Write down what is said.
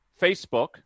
Facebook